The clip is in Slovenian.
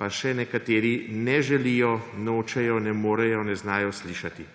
pa še nekateri ne želijo, nočejo, ne morejo, ne znajo slišati.